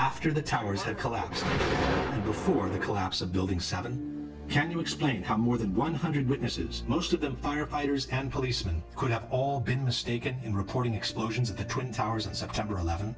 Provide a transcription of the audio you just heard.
after the towers had collapsed before the collapse of building seven can you explain how more than one hundred witnesses most of the firefighters and policemen could have all been mistaken in reporting explosions at the twin towers in september eleven